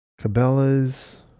Cabela's